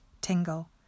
tingle